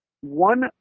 one